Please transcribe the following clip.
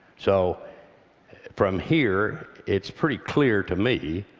so from here, it's pretty clear to me,